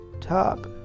top